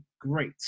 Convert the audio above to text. great